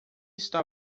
está